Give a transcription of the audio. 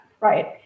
right